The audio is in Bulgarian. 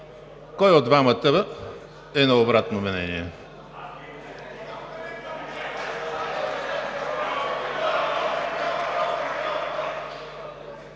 Кой от двамата е на обратно мнение?